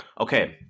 Okay